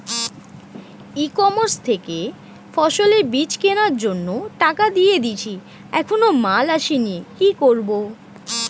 ই commerce থেকে ফসলের বীজ কেনার জন্য টাকা দিয়ে দিয়েছি এখনো মাল আসেনি কি করব?